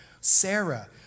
Sarah